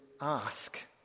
ask